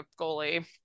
goalie